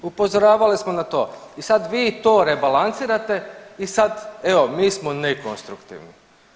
Upozoravali smo na to i sad vi to rebalansirate i sad evo mi smo nekonstruktivni.